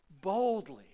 boldly